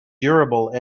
durable